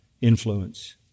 influence